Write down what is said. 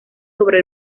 sobre